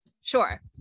Sure